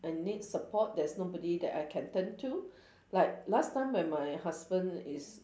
I need support there's nobody that I can turn to like last time when my husband is